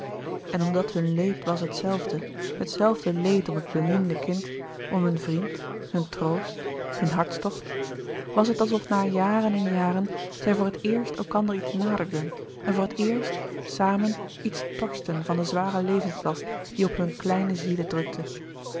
en omdat hun leed was het zelfde het zelfde leed om het beminde kind om hun vriend hun troost hun hartstocht was het alsof na jaren en jaren zij voor het eerst elkander iets louis couperus de boeken der kleine zielen naderden en voor het eerst samen iets torsten van den zwaren levenslast die op hun kleine zielen drukte